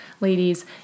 ladies